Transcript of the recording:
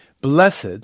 Blessed